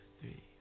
three